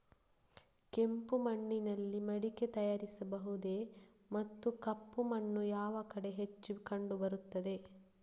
ಕೆಂಪು ಮಣ್ಣಿನಲ್ಲಿ ಮಡಿಕೆ ತಯಾರಿಸಬಹುದೇ ಮತ್ತು ಕಪ್ಪು ಮಣ್ಣು ಯಾವ ಕಡೆ ಹೆಚ್ಚು ಕಂಡುಬರುತ್ತದೆ?